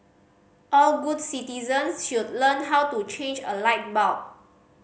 all good citizens should learn how to change a light bulb